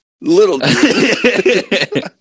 little